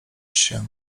się